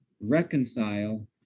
reconcile